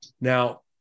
Now